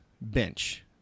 bench